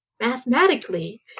mathematically